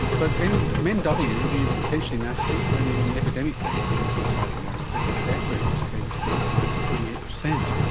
but men w is potentially nasty and is in epidemic proportions in south america where the death rate is claimed to be as high as twenty eight percent.